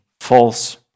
false